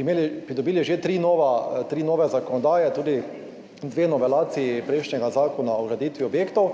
imeli, pridobili že tri nova, tri nove zakonodaje, tudi dve novelaciji prejšnjega Zakona o graditvi objektov